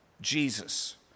Jesus